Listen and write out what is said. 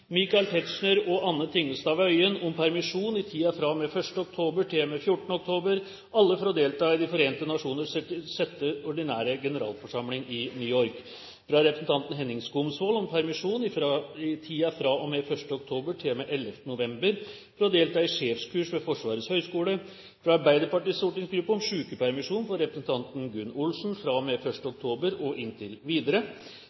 Michael Tetzschner og Anne Tingelstad Wøien om permisjon i tiden fra og med 1. oktober til og med 14. oktober – alle for å delta i De forente nasjoners 66. ordinære generalforsamling i New York – fra representanten Henning Skumsvoll om permisjon i tiden fra og med 1. oktober til og med 11. november for å delta i sjefskurs ved Forsvarets høgskole – fra Arbeiderpartiets stortingsgruppe om sykepermisjon for representanten Gunn Olsen